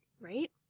Right